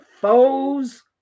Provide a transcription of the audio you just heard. foes